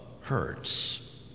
hurts